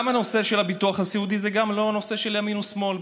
גם הנושא של הביטוח הסיעודי הוא לא נושא של ימין ושמאל,